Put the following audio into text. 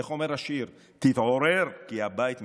איך אומר השיר: תתעורר, כי הבית מתפורר.